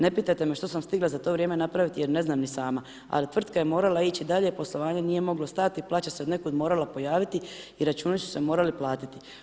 Ne pitajte me što sam stigla za to vrijeme napraviti, jer ne znam ni sama, ali tvrtka je morala ići dalje, poslovanje nije moglo stati i plaća se odnekud morala pojaviti i računi su se morali platiti.